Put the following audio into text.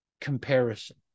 comparison